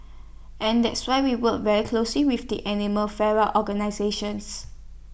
and that's why we work very closely with the animal fare war organisations